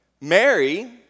Mary